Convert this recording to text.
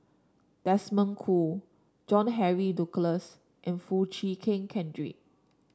Desmond Choo John Henry Duclos and Foo Chee Keng Cedric